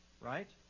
right